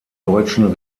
deutschen